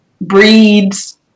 breeds